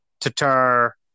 Tatar